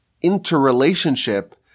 interrelationship